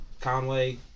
Conway